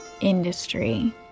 industry